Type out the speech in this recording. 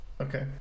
Okay